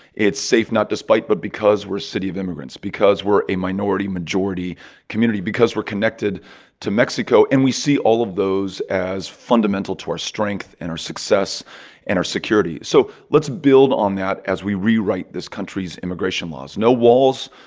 it's safe not despite but because we're a city of immigrants, because we're a minority majority community, because we're connected to mexico, and we see all of those as fundamental to our strength and our success and our security. so let's build on that as we rewrite this country's immigration laws no walls,